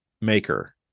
maker